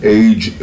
age